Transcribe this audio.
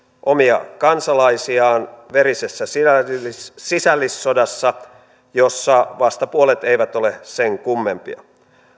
omia kansalaisiaan verisessä sisällissodassa jossa vastapuolet eivät ole sen kummempia